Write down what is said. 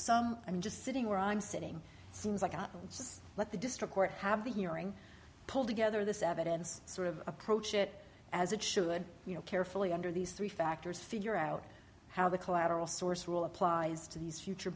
some i'm just sitting where i'm sitting seems like i just let the district court have the hearing pulled together this evidence sort of approach it as it should you know carefully under these three factors figure out how the collateral source rule applies to these future